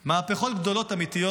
מהפכות גדולות אמיתיות